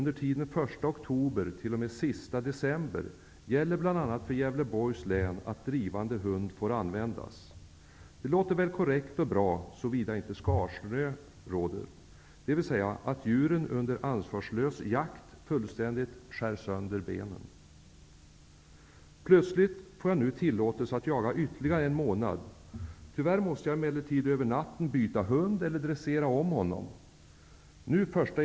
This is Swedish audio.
den 31 december gäller bl.a. för Gävleborgs län att drivande hund får användas. Det låter väl korrekt och bra, såvida inte skarsnö råder, dvs. att djuren under ansvarslös jakt fullständigt skär sönder benen. Plötsligt får jag nu tillåtelse att jaga ytterligare en månad. Tyvärr måste jag emellertid under natten byta hund eller dressera om den.